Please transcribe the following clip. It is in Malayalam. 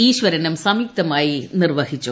ഈശ്ചരനും സംയുക്തമായി നിർവ്വഹിച്ചു